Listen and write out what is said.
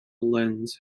lens